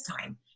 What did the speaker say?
time